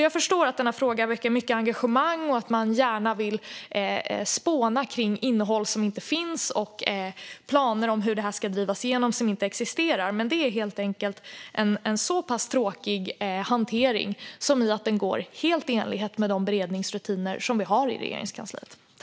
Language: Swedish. Jag förstår att denna fråga väcker mycket engagemang och att man gärna vill spåna kring innehåll som inte finns och planer om hur detta ska drivas igenom som inte existerar, men hanteringen är helt enkelt så pass tråkig att den sker helt i enlighet med de beredningsrutiner som vi har i Regeringskansliet.